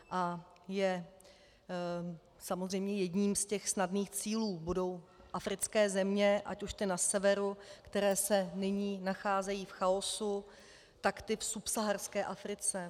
A samozřejmě jedním ze snadných cílů budou africké země, ať už ty na severu, které se nyní nacházejí v chaosu, tak ty v subsaharské Africe.